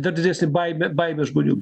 dar didesnė baimė baimė žmonių